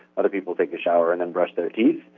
other people take a shower and then brush their teeth.